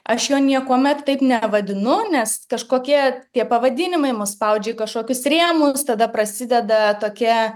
aš jo niekuomet taip nevadinu nes kažkokie tie pavadinimai mus spaudžia į kažkokius rėmus tada prasideda tokie